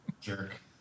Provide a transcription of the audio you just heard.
Jerk